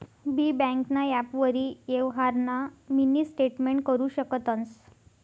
बी ब्यांकना ॲपवरी यवहारना मिनी स्टेटमेंट करु शकतंस